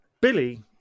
Billy